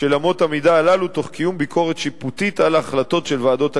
של אמות המידה האלה תוך קיום ביקורת שיפוטית על ההחלטות של ועדות הקבלה.